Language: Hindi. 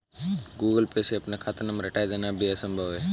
गूगल पे से अपना खाता नंबर हटाया जाना भी संभव है